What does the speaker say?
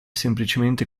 semplicemente